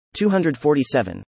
247